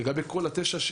לגבי כל התשע,